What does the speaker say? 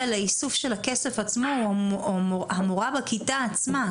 על איסוף הכסף היא המורה בכיתה עצמה,